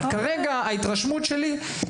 אבל מההתרשמות שלי כרגע,